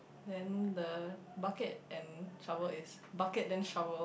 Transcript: then the bucket and shovel is bucket then shovel